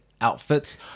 outfits